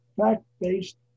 fact-based